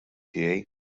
tiegħi